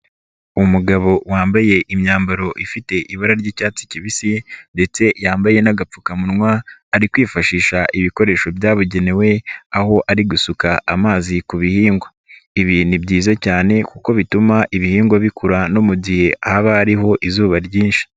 Umugabo wambaye imyambaro ifite ibara ry'icyatsi kibisi ndetse yambaye n'agapfukamunwa, ari kwifashisha ibikoresho byabugenewe, aho ari gusuka amazi ku bihingwa. Ibi ni byiza cyane kuko bituma ibihingwa bikura no mu gihe haba hariho izuba ryinshi.